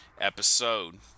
episode